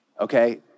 Okay